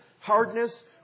hardness